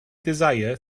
desire